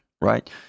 Right